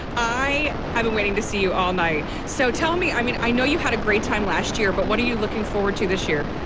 i have been waiting to see you all night so tell me, i mean i know you had a great time last year, but what are you looking forward to this year.